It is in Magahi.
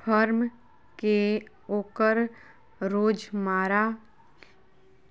फर्म के ओकर रोजमर्रा